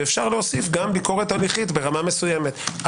ואפשר להוסיף גם ביקורת הליכית ברמה מסוימת.